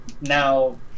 now